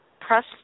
press